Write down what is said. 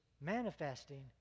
manifesting